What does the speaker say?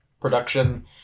production